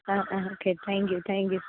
ആ ആ okay thank you thank U